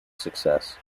success